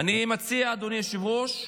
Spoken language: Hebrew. אני מציע, אדוני היושב-ראש,